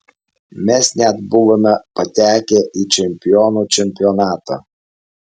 mes net buvome patekę į čempionų čempionatą